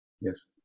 Yes